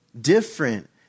different